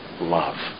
love